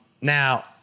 Now